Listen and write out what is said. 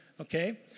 okay